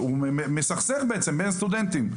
שהוא מסכסך בעצם בין סטודנטים,